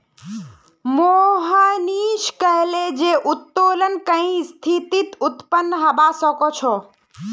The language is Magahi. मोहनीश कहले जे उत्तोलन कई स्थितित उत्पन्न हबा सख छ